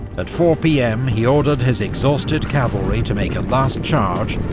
at four pm, he ordered his exhausted cavalry to make a last charge,